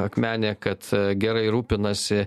akmenė kad gerai rūpinasi